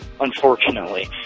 unfortunately